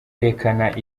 yerekana